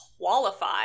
qualify